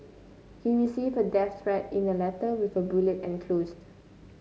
he received a death threat in a letter with a bullet enclosed